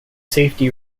safety